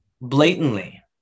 blatantly